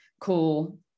cool